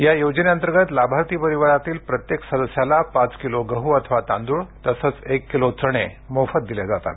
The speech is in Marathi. या योजनेअंतर्गत लाभार्थी परिवारातील प्रत्यके सदस्याला पाच किलो गहू अथवा तांदूळ तसंच एक किलो चणे मोफत दिले जातात